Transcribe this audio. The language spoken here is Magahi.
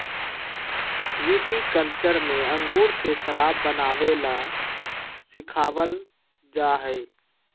विटीकल्चर में अंगूर से शराब बनावे ला सिखावल जाहई